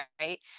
right